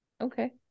okay